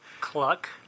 Cluck